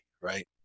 right